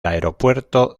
aeropuerto